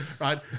right